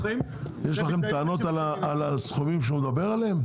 יש לכם טענות על הסכומים שהוא מדבר עליהם?